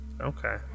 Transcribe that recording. Okay